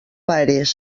pares